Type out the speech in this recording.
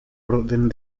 orden